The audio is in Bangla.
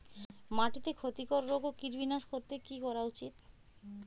মাটিতে ক্ষতি কর রোগ ও কীট বিনাশ করতে কি করা উচিৎ?